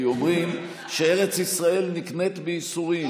כי אומרים שארץ ישראל נקנית בייסורים.